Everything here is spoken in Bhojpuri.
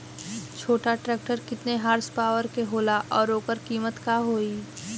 छोटा ट्रेक्टर केतने हॉर्सपावर के होला और ओकर कीमत का होई?